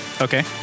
Okay